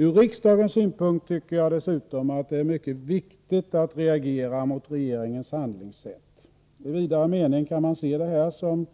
Från riksdagens synpunkt tycker jag dessutom att det är mycket viktigt att reagera mot regeringens handlingssätt. I vidare mening kan man se det såsom